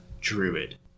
Druid